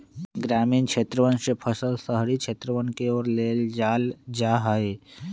ग्रामीण क्षेत्रवन से फसल शहरी क्षेत्रवन के ओर ले जाल जाहई